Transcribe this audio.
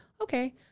okay